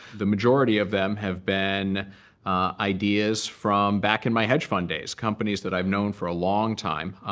the majority of them have been ideas from back at my hedge fund days companies that i've known for a long time.